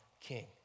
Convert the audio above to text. king